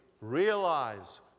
realize